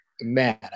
man